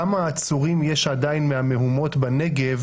כמה עצורים יש עדיין מהמהומות בנגב